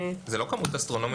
זה --- זה לא כמות אסטרונומית.